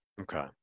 Okay